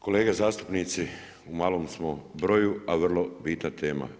Kolege zastupnici u malom smo broju, a vrlo bitna tema.